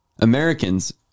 Americans